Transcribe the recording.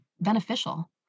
beneficial